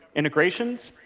integrations,